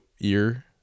ear